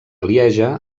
lieja